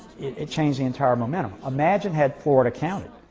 it changed the entire momentum. imagine had florida counted,